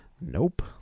Nope